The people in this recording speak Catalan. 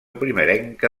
primerenca